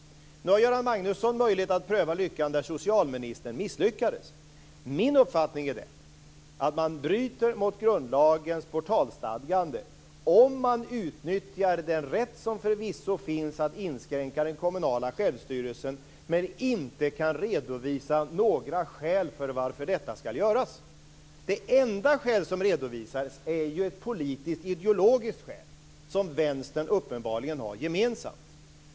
Nu har Göran Magnusson möjlighet att pröva lyckan där socialministern misslyckades. Min uppfattning är att man bryter mot grundlagens portalstadgande om man utnyttjar den rätt som förvisso finns att inskränka den kommunala självstyrelsen men inte kan redovisa några skäl till att detta ska göras. Det enda skäl som redovisats är ett politisk-ideologiskt skäl som man inom vänstern uppenbarligen har gemensamt.